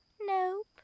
Nope